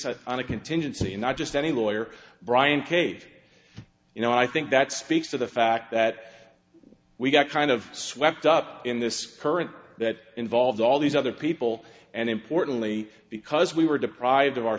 on a contingency and not just any lawyer bryan cave you know i think that speaks to the fact that we got kind of swept up in this current that involved all these other people and importantly because we were deprived of our